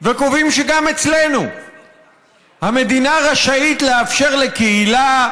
וקובעים שגם אצלנו המדינה רשאית לאפשר לקהילה,